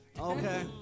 Okay